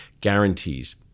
guarantees